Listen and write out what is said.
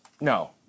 No